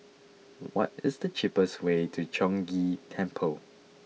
what is the cheapest way to Chong Ghee Temple